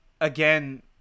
again